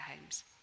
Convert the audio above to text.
homes